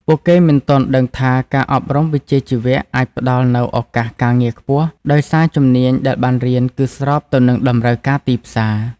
ពួកគេមិនទាន់ដឹងថាការអប់រំវិជ្ជាជីវៈអាចផ្តល់នូវឱកាសការងារខ្ពស់ ដោយសារជំនាញដែលបានរៀនគឺស្របទៅនឹងតម្រូវការទីផ្សារ។